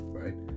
right